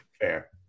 Fair